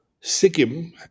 Sikkim